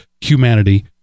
humanity